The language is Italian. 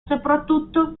soprattutto